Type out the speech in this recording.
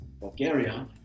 bulgaria